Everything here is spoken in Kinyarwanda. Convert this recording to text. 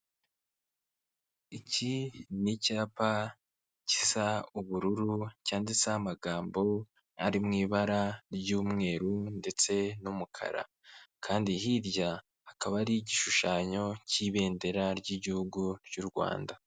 Iki ni icyapa gisa ubururu cyanditseho amagambo ari mu ibara ry'umweru ndetse n'umukara, kandi hirya akaba ari igishushanyo cy'ibendera ry'igihugu ry'u Rwanda.